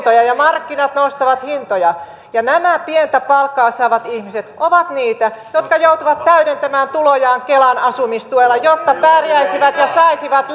asuntoja ja markkinat nostavat hintoja ja nämä pientä palkkaa saavat ihmiset ovat niitä jotka joutuvat täydentämään tulojaan kelan asumistuella jotta pärjäisivät ja saisivat